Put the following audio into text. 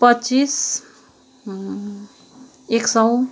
पच्चिस एक सय